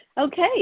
Okay